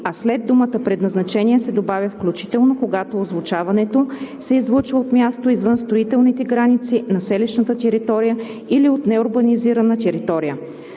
а след думата „предназначение“ се добавя „включително когато озвучаването се излъчва от място извън строителните граници на селищната територия или от неурбанизирана територия“.“